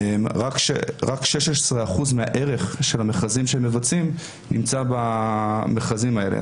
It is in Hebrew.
רק 16% מהערך של המכרזים שמבצעים נמצא במכרזים האלה.